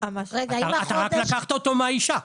אתה רק לקחת אותו מהאישה.